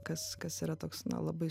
kas kas yra toks na labai